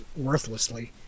worthlessly